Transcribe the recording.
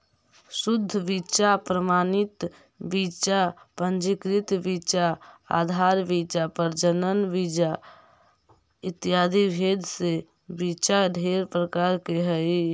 शुद्ध बीच्चा प्रमाणित बीच्चा पंजीकृत बीच्चा आधार बीच्चा प्रजनन बीच्चा इत्यादि भेद से बीच्चा ढेर प्रकार के हई